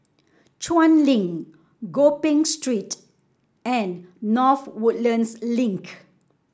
Chuan Link Gopeng Street and North Woodlands Link